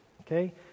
okay